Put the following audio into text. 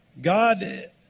God